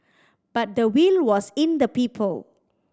but the will was in the people